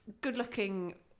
good-looking